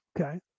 okay